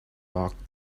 rocked